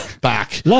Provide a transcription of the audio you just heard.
back